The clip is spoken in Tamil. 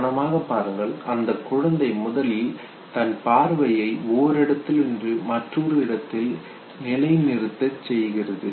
கவனமாக பாருங்கள் அந்த குழந்தை முதலில் தன் பார்வையை ஓரிடத்திலிருந்து மற்றொரு இடத்தில் நிலை பெறச் செய்கிறது